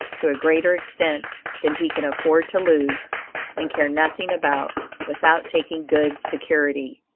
to a greater extent than he can afford to lose and care nothing about, without taking good security.